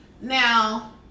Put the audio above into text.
now